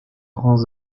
grands